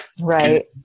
Right